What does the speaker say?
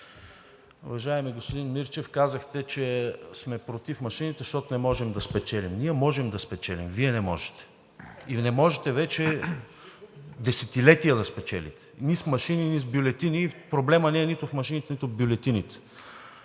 Уважаеми господин Мирчев, казахте, че сме против машините, защото не можем да спечелим. Ние можем да спечелим, Вие не можете, или не можете вече десетилетия да спечелите – нито с машини, нито с бюлетини. Проблемът не е нито в машините, нито в бюлетините.